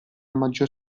maggior